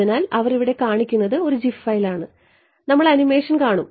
അതിനാൽ അവർ ഇവിടെ കാണിക്കുന്നത് ഒരു ജിഫ് ഫയലാണ് ഞങ്ങൾ ആനിമേഷൻ കാണും